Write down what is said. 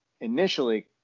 initially